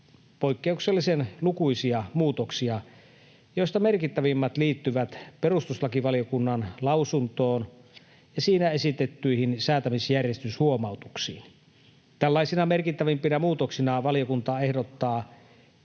poikkeuksellisen lukuisia muutoksia, joista merkittävimmät liittyvät perustuslakivaliokunnan lausuntoon ja siinä esitettyihin säätämisjärjestyshuomautuksiin. Tällaisina merkittävimpinä muutoksina valiokunta ehdottaa